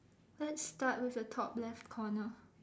let's start with the top left corner